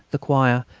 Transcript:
the choir,